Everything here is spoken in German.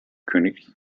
königlichen